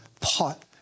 pot